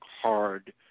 hard